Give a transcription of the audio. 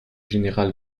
général